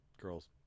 girls